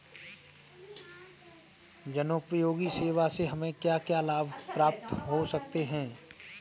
जनोपयोगी सेवा से हमें क्या क्या लाभ प्राप्त हो सकते हैं?